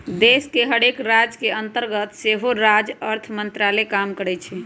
देश के हरेक राज के अंतर्गत सेहो राज्य अर्थ मंत्रालय काम करइ छै